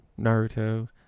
Naruto